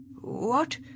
What